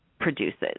produces